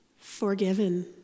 forgiven